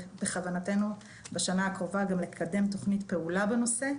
ובכוונתנו בשנה הקרובה גם לקדם תוכנית פעולה בנושא,